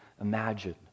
imagine